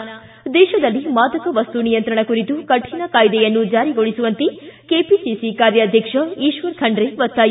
ಿ ದೇಶದಲ್ಲಿ ಮಾದಕ ವಸ್ತು ನಿಯಂತ್ರಣ ಕುರಿತು ಕರಣ ಕಾಯ್ಲೆಯನ್ನು ಜಾರಿಗೊಳಿಸುವಂತೆ ಕೆಪಿಸಿಸಿ ಕಾರ್ಯಾಧ್ಯಕ್ಷ ಈಶ್ವರ್ ಖಂಡ್ರೆ ಒತ್ತಾಯ